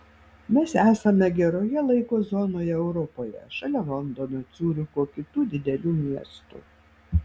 mes esame geroje laiko zonoje europoje šalia londono ciuricho kitų didelių miestų